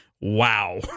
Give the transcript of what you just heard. Wow